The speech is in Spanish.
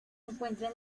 encuentra